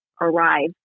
arrive